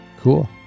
Cool